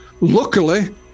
Luckily